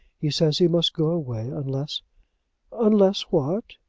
he says he must go away unless unless what?